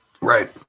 Right